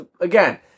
again